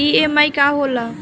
EMI का होला?